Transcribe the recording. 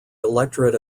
electorate